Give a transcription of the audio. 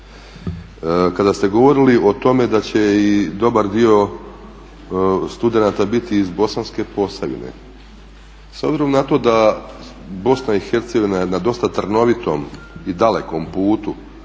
Kada ste govorili o tome da će i dobar dio studenata biti iz Bosanske Posavine, s obzirom na to da BiH ne na dosta trnovitom i dalekom putu